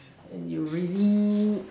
and you really